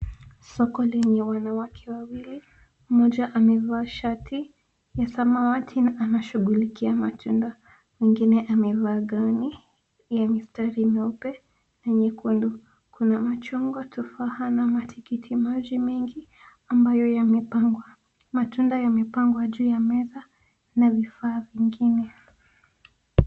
Soko lenye wanawake wawili, mmoja amevaa shati ya samawati na anashughulikia matunda. Mwengine amevaa gauni ya mistari nyeupe na nyekundu. Kuna machungwa, tufaha na matikitiki maji mengi ambayo yamepangwa. Matunda yamepangwa juu ya meza na vifaa vingine.